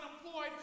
unemployed